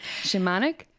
Shamanic